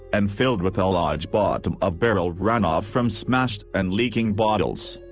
and filled with ullage bottom-of-barrel runoff from smashed and leaking bottles.